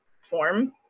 form